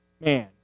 man